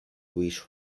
wish